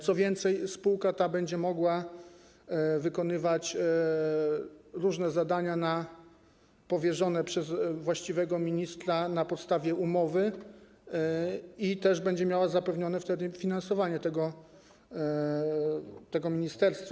Co więcej, spółka ta będzie mogła wykonywać różne zadania powierzone przez właściwego ministra na podstawie umowy i będzie też miała zapewnione wtedy finansowanie tego ministerstwa.